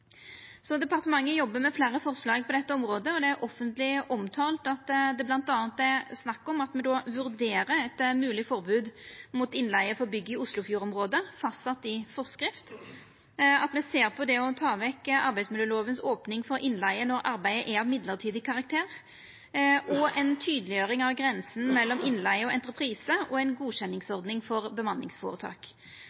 Departementet jobbar med fleire forslag på dette området. Det er offentleg omtalt at det bl.a. er snakk om at me vurderer eit mogleg forbod mot innleige for byggenæringa i Oslofjord-området, fastsett i forskrift, at me ser på å ta vekk at arbeidsmiljølova opnar for innleige når arbeidet er av mellombels karakter, ei tydeleggjering av grensa mellom innleige og entreprise og